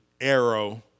arrow